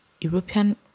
European